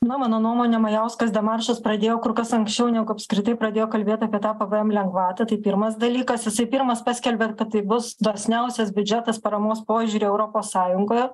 na mano nuomone majauskas demaršas pradėjo kur kas anksčiau negu apskritai pradėjo kalbėt apie tą pvm lengvatą tai pirmas dalykas jisai pirmas paskelbė kad tai bus dosniausias biudžetas paramos požiūriu europos sąjungoje